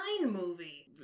movie